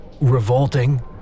revolting